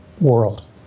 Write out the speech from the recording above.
world